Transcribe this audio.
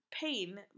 pain